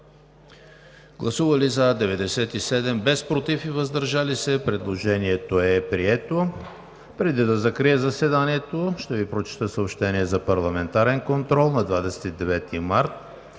представители: за 97, против и въздържали се няма. Предложението е прието. Преди да закрия заседанието, ще Ви прочета съобщения за парламентарния контрол на 29 март